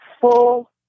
full